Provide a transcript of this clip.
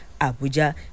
Abuja